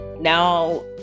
now